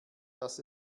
dass